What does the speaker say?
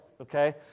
Okay